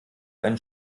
einen